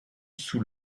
sous